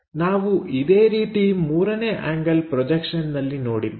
ನಾವು ಇದೇ ರೀತಿ ಮೂರನೇ ಆಂಗಲ್ ಪ್ರೊಜೆಕ್ಷನ್ ನಲ್ಲಿ ನೋಡಿದ್ದೇವೆ